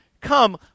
come